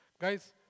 Guys